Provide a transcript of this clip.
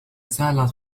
زالت